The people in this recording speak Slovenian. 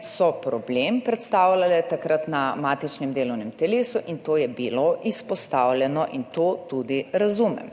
so problem predstavljale takrat na matičnem delovnem telesu, kar je bilo izpostavljeno, to tudi razumem.